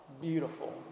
Beautiful